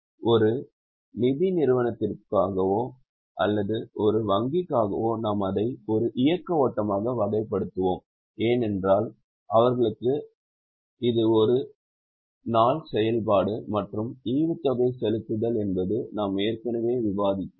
ஒரு நிதி நிறுவனத்திற்காகவோ அல்லது ஒரு வங்கிக்காகவோ நாம் அதை ஒரு இயக்க ஓட்டமாக வகைப்படுத்துவோம் ஏனென்றால் அவர்களுக்கு இது ஒரு நாள் செயல்பாடு மற்றும் ஈவுத்தொகை செலுத்துதல் என்பது நாம் ஏற்கனவே விவாதித்தோம்